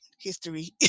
history